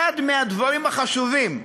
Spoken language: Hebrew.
אחד מהדברים החשובים,